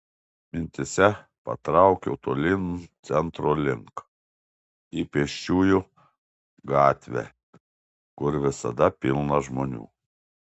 mintyse patraukiau tolyn centro link į pėsčiųjų gatvę kur visada pilna žmonių